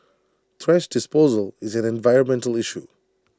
trash disposal is an environmental issue